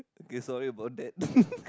K sorry about that